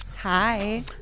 hi